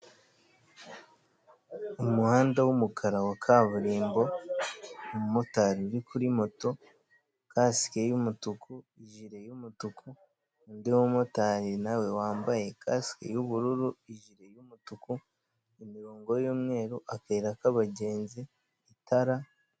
Umuhanda w'umukara wa kaburimbo umumotari uri kuri moto, kasike y'umutuku, jire y'umutuku undi mumotari nawe wambaye kasike y'ubururu, ijire y'umutuku, imirongo y'umweru akayira k'abagenzi itara,,,